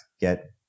get